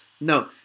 No